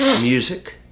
music